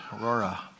Aurora